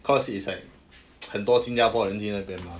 cause it's like 很多新加坡人去那边 mah